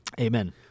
Amen